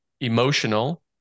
emotional